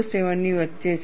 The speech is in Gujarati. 7 ની વચ્ચે છે